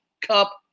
cup